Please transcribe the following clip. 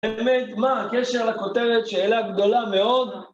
באמת, מה, הקשר לכותרת שאלה גדולה מאוד.